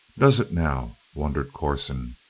does it, now? wondered corson.